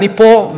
אני פה,